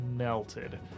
melted